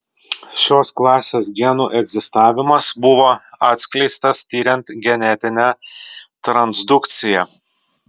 šios klasės genų egzistavimas buvo atskleistas tiriant genetinę transdukciją